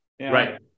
Right